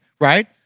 right